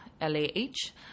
L-A-H